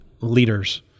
leaders